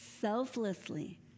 selflessly